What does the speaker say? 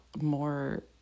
more